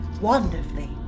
wonderfully